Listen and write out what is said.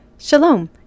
Shalom